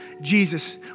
Jesus